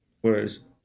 whereas